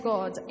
God